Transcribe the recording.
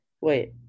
Wait